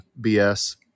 bs